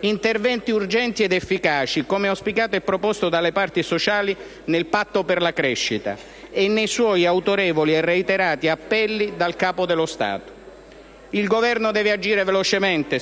interventi urgenti ed efficaci, come auspicato e proposto dalle parti sociali nel Patto per la crescita e, nei suoi autorevoli e reiterati appelli, dal Capo dello Stato. Signor Presidente, il Governo deve agire velocemente